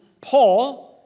Paul